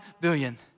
billion